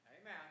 Amen